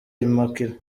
immaculee